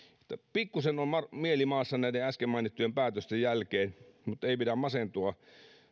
pikkusen on mieli maassa näiden äsken mainittujen päätösten jälkeen mutta ei pidä masentua